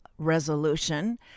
resolution